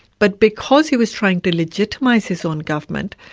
but because he was trying to legitimise his own government,